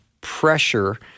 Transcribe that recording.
pressure